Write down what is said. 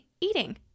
eating